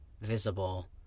visible